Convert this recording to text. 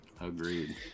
Agreed